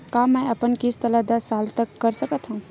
का मैं अपन किस्त ला दस साल तक कर सकत हव?